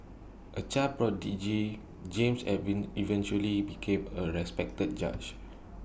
A child prodigy James eventually became A respected judge